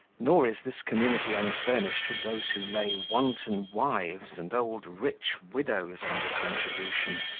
nor is this community unfurnished with those who lay wanton wives and old rich widows under contribution,